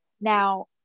Now